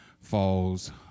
falls